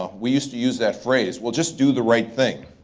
ah we used to use that phrase, we'll just do the right thing.